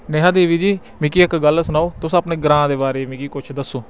नेहा देवी जी मिगी इक गल्ल सनाओ तुस अपने ग्रांऽ दे बारे च मिगी कुछ दस्सो